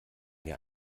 mir